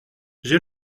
j’ai